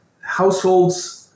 households